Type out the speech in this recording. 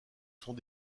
sont